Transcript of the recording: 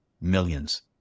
Millions